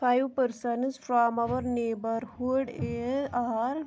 five persons from our neighbourhood in R